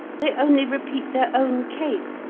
they only repeat their own case